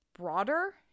broader